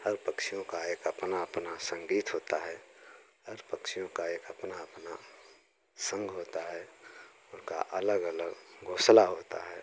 हर पक्षियों का एक अपना अपना संगीत होता है हर पक्षियों का एक अपना अपना संघ होता है उनका अलग अलग घोंसला होता है